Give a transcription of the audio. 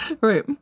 right